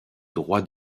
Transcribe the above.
droits